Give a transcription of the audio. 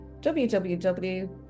www